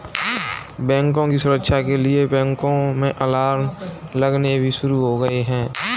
बैंकों की सुरक्षा के लिए बैंकों में अलार्म लगने भी शुरू हो गए हैं